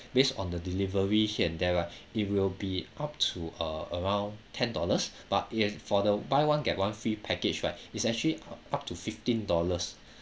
based on the delivery here and there right it will be up to uh around ten dollars but it has for the buy one get one free package right it's actually up to fifteen dollars